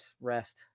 rest